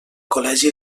col·legi